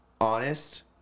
honest